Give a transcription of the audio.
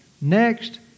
next